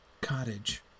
cottage